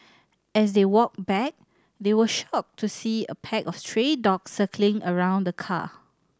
as they walked back they were shocked to see a pack of stray dogs circling around the car